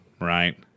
Right